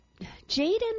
Jaden